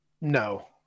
No